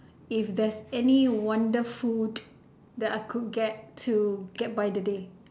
if there's any wonder food that I could get to get by the day